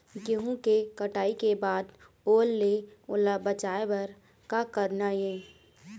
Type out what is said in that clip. गेहूं के कटाई के बाद ओल ले ओला बचाए बर का करना ये?